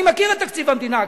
אני מכיר את תקציב המדינה,